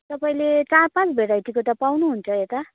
तपाईँले चार पाँच भेराइटीको त पाउनु हुन्छ यता